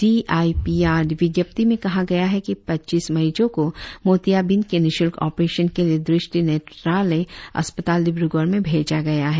D I P R विज्ञप्ति में कहा गया है कि पच्चीस मरीजों को मोतियांबिंद के निशुल्क ऑपरेशन के लिए दृष्टी नेत्रालय अस्पताल डिब्रगड़ में भेजा गया है